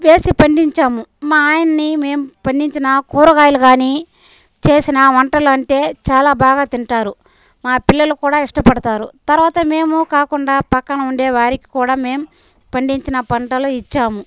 వేసి పండించాము మా ఆయన్ని మేమ్ పండించిన కూరగాయలు గాని చేసినా వంటలు అంటే చాలా బాగా తింటారు మా పిల్లలు కూడా ఇష్టపడతారు తర్వాత మేము కాకుండా పక్కన ఉండే వారికి కూడా మేమ్ పండించిన పంటలు ఇచ్చాము